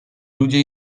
ludzie